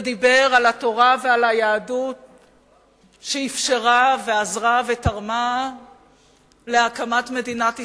ודיבר על התורה ועל היהדות שאפשרה ועזרה ותרמה להקמת מדינת ישראל,